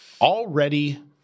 Already